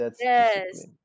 Yes